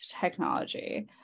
technology